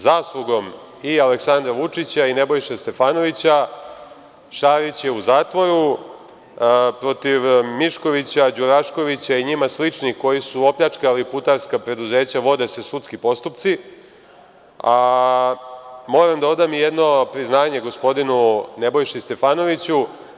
Zaslugom i Aleksandra Vučića i Nebojše Stefanovića Šarić je u zatvoru, protiv Miškovića, Đuraškovića i njima sličnih koji su opljačkali putarska preduzeća vode se sudski postupci, a moram da odam i jedno priznanje gospodinu Nebojši Stefanoviću.